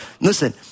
Listen